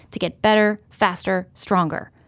to get better, faster, stronger.